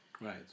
Right